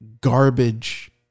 garbage